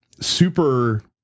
super